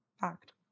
fact